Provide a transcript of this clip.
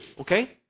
Okay